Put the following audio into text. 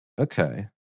Okay